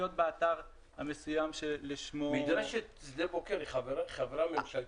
באתר המסוים שלשמו --- מדרשת שדה בוקר היא חברה ממשלתית?